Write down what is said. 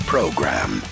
Program